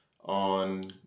on